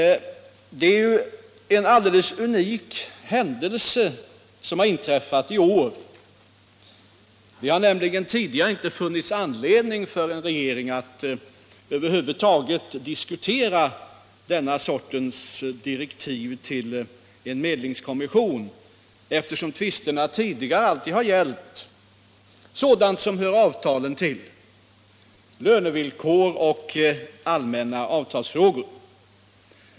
Det är ju en alldeles unik händelse som har inträffat i år. Tidigare har det inte funnits anledning för en regering att över huvud taget diskutera den här sortens direktiv till en medlingskommission, eftersom tvisterna alltid har gällt sådant som hör avtalen till, lönevillkor och allmänna avtalsfrågor.